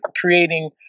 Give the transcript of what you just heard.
creating